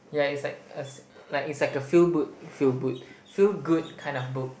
yeah is like a is like a feel boot feel boot feel good kind of book